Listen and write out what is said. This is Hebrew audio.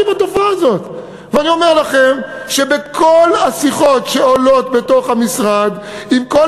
ובכל השיחות שעולות בתוך המשרד עם כל